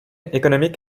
economic